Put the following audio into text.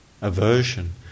aversion